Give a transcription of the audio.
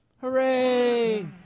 Hooray